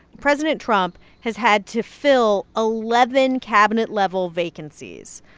president trump has had to fill eleven cabinet-level vacancies,